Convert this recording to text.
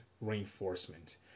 reinforcement